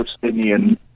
Palestinian